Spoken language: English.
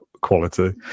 quality